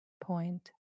point